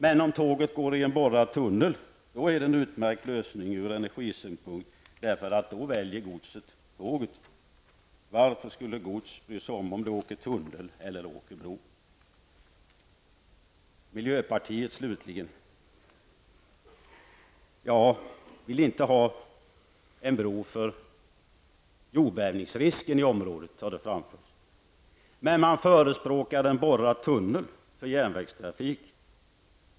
Men om tåget går i en borrad tunnel är det från energisynpunkt en utmärkt lösning, därför att godset då väljer tåget. Varför skulle gods bry sig om om det åker genom tunnel eller på bro? Miljöpartiet, slutligen, vill inte ha en bro på grund av jordbävningsrisken i området, men det förespråkas en borrad tunnel för järnvägstrafik.